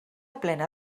plena